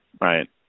Right